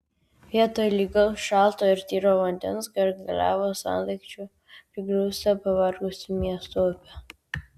vietoj lygaus šalto ir tyro vandens gargaliavo sendaikčių prigrūsta pavargusi miesto upė